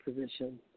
position